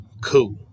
cool